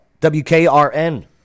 WKRN